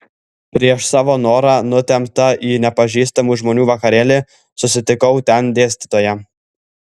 prieš savo norą nutempta į nepažįstamų žmonių vakarėlį susitikau ten dėstytoją